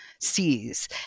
sees